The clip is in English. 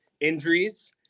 injuries